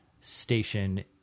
station